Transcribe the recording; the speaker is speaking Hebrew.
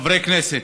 חברי כנסת,